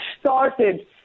started